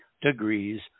degrees